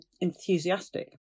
enthusiastic